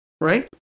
right